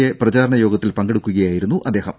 A പ്രചാരണ യോഗത്തിൽ പങ്കെടുക്കുകയായിരുന്നു അദ്ദേഹം